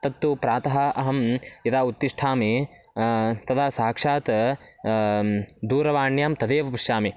तत्तु प्रातः अहं यदा उत्तिष्ठामि तदा साक्षात् दूरवाण्यां तदेव पश्यामि